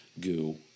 goo